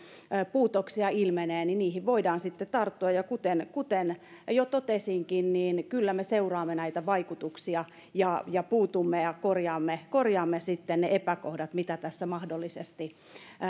puutoksia ilmenee niihin voidaan sitten tarttua kuten kuten jo totesinkin kyllä me seuraamme näitä vaikutuksia ja ja puutumme ja korjaamme korjaamme sitten ne epäkohdat mitä tässä mahdollisesti